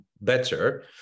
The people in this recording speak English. better